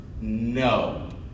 No